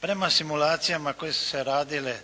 Prema simulacijama koje su se radile